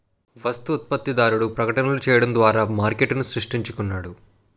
వస్తు ఉత్పత్తిదారుడు ప్రకటనలు చేయడం ద్వారా మార్కెట్ను సృష్టించుకుంటున్నాడు